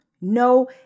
No